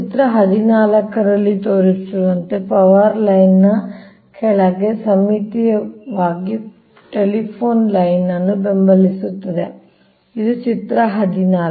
ಚಿತ್ರ 14 ರಲ್ಲಿ ತೋರಿಸಿರುವಂತೆ power line ನ ಕೆಳಗೆ ಸಮ್ಮಿತೀಯವಾಗಿ ಟೆಲಿಫೋನ್ ಲೈನ್ ಅನ್ನು ಬೆಂಬಲಿಸಲಾಗುತ್ತದೆ ಇದು ಚಿತ್ರ 14